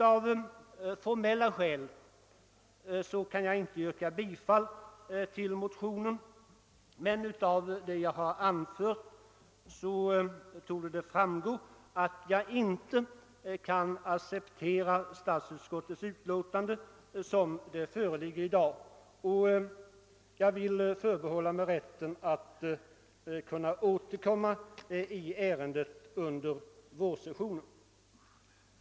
Av formella skäl kan jag inte yrka bifall till motionerna, men av vad jag har anfört torde det framgå att jag inte kan acceptera statsutskottets hemställan i det utlåtande som föreligger i dag. Jag vill förbehålla mig rätten att återkonima i ärendet under vårsessionen nästa år.